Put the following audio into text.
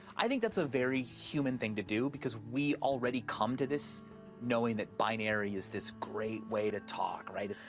i think that's a very human thing to do, because we already come to this knowing that binary is this great way to talk, right?